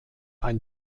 ein